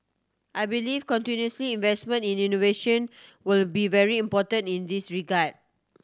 I believe continuous investment in innovation will be very important in this regard